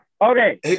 Okay